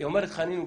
חנין ובצדק,